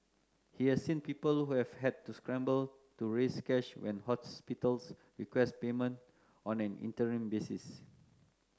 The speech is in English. he has seen people who have had to scramble to raise cash when hospitals request payment on an interim basis